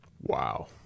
Wow